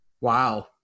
wow